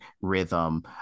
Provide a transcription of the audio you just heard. rhythm